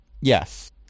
Yes